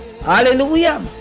Hallelujah